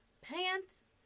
pants